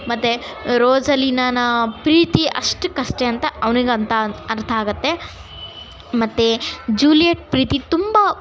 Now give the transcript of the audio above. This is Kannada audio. ಮತ್ತೆ ರೋಸಲೀನನ ಪ್ರೀತಿ ಅಷ್ಟಕಷ್ಟೇ ಅಂತ ಅವನಿಗಂತ ಅರ್ಥ ಆಗುತ್ತೆ ಮತ್ತೆ ಜೂಲಿಯೆಟ್ ಪ್ರೀತಿ ತುಂಬ